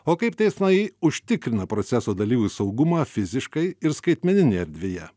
o kaip teismai užtikrina proceso dalyvių saugumą fiziškai ir skaitmeninėje erdvėje